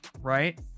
right